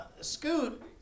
Scoot